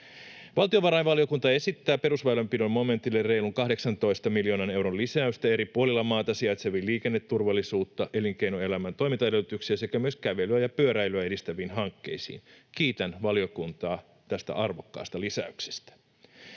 Valtiovarainvaliokunta esittää perusväylänpidon momentille reilun 18 miljoonan euron lisäystä eri puolilla maata sijaitseviin liikenneturvallisuutta, elinkeinoelämän toimintaedellytyksiä sekä myös kävelyä ja pyöräilyä edistäviin hankkeisiin. Kiitän valiokuntaa tästä arvokkaasta lisäyksestä.